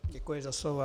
Děkuji za slovo.